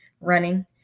running